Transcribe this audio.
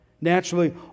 naturally